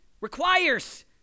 requires